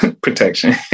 Protection